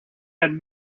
had